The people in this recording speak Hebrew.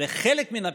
חלק מן הפתרון,